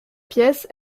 pièces